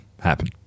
happen